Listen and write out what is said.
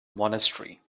monastery